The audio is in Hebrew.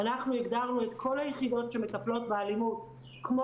אנחנו הגדרנו את כל היחידות שמטפלות באלימות כמו